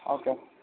okay